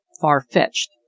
far-fetched